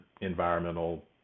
environmental